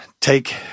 take